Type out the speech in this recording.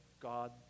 God